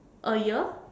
a ear